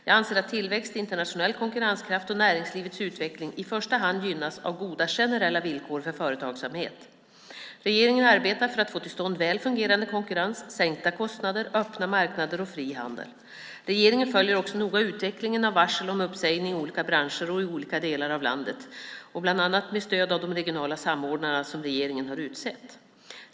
Jag anser att tillväxt, internationell konkurrenskraft och näringslivets utveckling i första hand gynnas av goda generella villkor för företagsamhet. Regeringen arbetar för att få till stånd väl fungerande konkurrens, sänkta kostnader, öppna marknader och fri handel. Regeringen följer också noga utvecklingen av varsel om uppsägning i olika branscher och i olika delar av landet, bland annat med stöd av de regionala samordnare regeringen utsett.